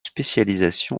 spécialisation